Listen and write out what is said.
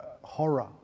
horror